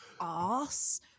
ass